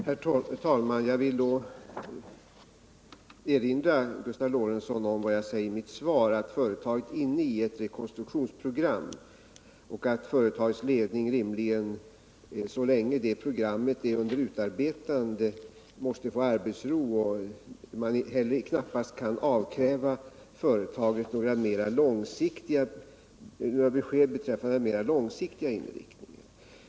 Herr talman! Jag vill erinra Gustav Lorentzon om vad jag sade i mitt svar: Företaget är inne i ett rekonstruktionsprogram och företagets ledning måste rimligen få arbetsro så länge det programmet är under utarbetande. Man kan heller knappast avkräva företaget några besked beträffande den mera långsiktiga inriktningen.